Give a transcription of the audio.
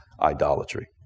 idolatry